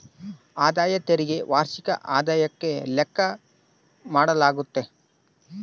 ಆದಾಯ ತೆರಿಗೆ ವಾರ್ಷಿಕ ಆದಾಯುಕ್ಕ ಲೆಕ್ಕ ಮಾಡಾಲಾಗ್ತತೆ